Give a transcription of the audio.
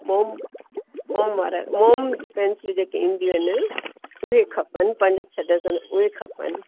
मोम मोम वारा मोम जी पेंसिलूं जेकी ईंदियूं आहिनि उहे खपनि पंज छह डज़न उहे खपनि